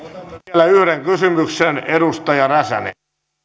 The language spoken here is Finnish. vielä yhden kysymyksen edustaja räsänen